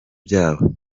byabo